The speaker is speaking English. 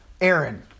Aaron